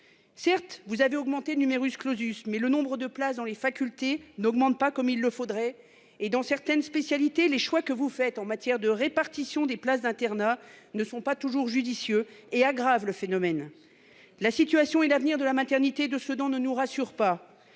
Certes, vous avez augmenté le numerus clausus, mais le nombre de places dans les facultés n'augmente pas comme il le faudrait et dans certaines spécialités, les choix que vous faites en matière de répartition des places d'internat ne sont pas toujours judicieux et aggrave le phénomène. La situation est l'avenir de la maternité de Sedan ne nous rassure pas.